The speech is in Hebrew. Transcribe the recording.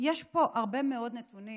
יש פה הרבה מאוד נתונים